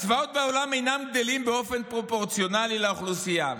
הצבאות בעולם אינם גדלים באופן פרופורציונלי לאוכלוסייה.